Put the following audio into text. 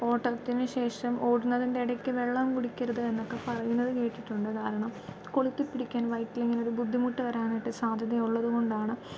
ഓട്ടത്തിന് ശേഷം ഓടുന്നതിൻ്റെ ഇടയ്ക്ക് വെള്ളം കുടിക്കരുത് എന്നൊക്കെ പറയുന്നത് കേട്ടിട്ടുണ്ട് കാരണം കൊളുത്തി പിടിക്കാൻ വയറ്റിലങ്ങനെ ഒരു ബുദ്ധിമുട്ട് വരാനായിട്ട് സാധ്യതയുള്ളത് കൊണ്ടാണ്